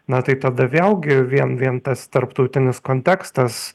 na tai tada vėlgi vien vien tas tarptautinis kontekstas